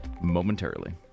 momentarily